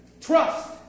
trust